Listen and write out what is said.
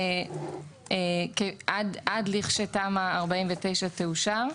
עד לכשתמ"א 49 תאושר,